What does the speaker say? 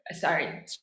sorry